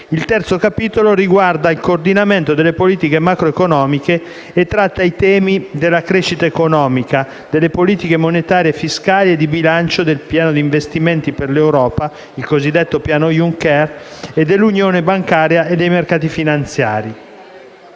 il terzo capitolo riguarda il coordinamento delle politiche macroeconomiche e tratta i temi della crescita economica, delle politiche monetarie, fiscali e di bilancio del piano di investimenti per l'Europa, il cosiddetto piano Juncker, e dell'unione bancaria e dei mercati finanziari.